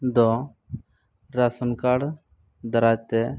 ᱫᱚ ration card ᱫᱟᱨᱟᱛᱮ